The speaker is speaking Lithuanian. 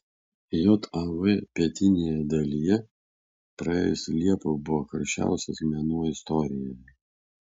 jav pietinėje dalyje praėjusi liepa buvo karščiausias mėnuo istorijoje